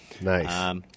Nice